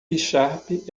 sharp